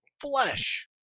flesh